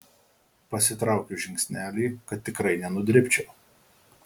pasitraukiu žingsnelį kad tikrai nenudribčiau